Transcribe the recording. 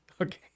Okay